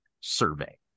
survey